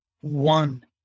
one